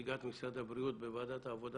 נציגת משרד הבריאות בוועדת העבודה,